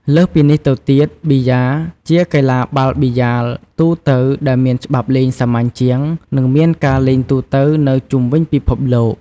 លើសពីនេះទៅទៀតប៊ីយ៉ា ជាកីឡាបាល់ប៊ីយ៉ាលទូទៅដែលមានច្បាប់លេងសាមញ្ញជាង និងមានការលេងទូទៅនៅជុំវិញពិភពលោក។